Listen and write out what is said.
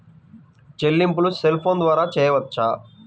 చెల్లింపులు cell phone ద్వారా చేయవచ్చా?